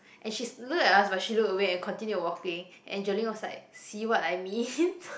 and she's look at us but she look away and continued walking and Jolene was like see what I mean